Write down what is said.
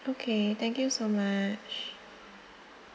okay thank you so much